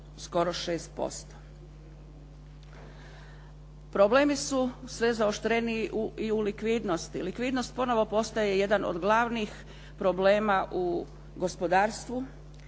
skoro 6%. Problemi su sve zaoštreniji i u likvidnosti. Likvidnost ponovo postaje jedan od glavnih problema u gospodarstvu